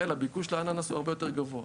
הביקוש בישראל לאננס הוא הרבה יותר גבוה.